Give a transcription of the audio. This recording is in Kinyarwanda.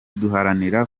duharanira